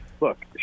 look